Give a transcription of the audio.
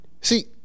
See